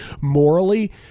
Morally